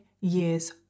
years